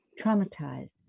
traumatized